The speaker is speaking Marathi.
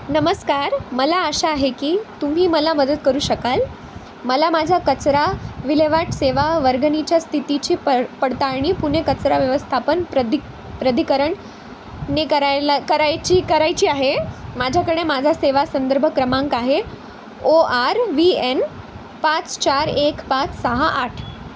नमस्कार मला आशा आहे की तुम्ही मला मदत करू शकाल मला माझा कचरा विल्हेवाट सेवा वर्गणीच्या स्थितीची प पडताळणी पुणे कचरा व्यवस्थापन प्रधि प्राधिकरण ने करायला करायची करायची आहे माझ्याकडे माझा सेवा संदर्भ क्रमांक आहे ओ आर वी एन पाच चार एक पाच सहा आठ